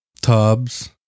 Tubs